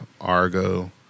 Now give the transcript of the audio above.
Argo